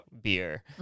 beer